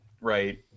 Right